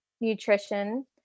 nutrition